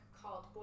called